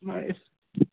मागीर